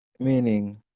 Meaning